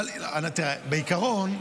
בעיקרון,